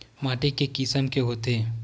माटी के किसम के होथे?